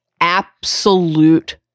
Absolute